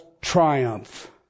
triumph